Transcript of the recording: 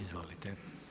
Izvolite.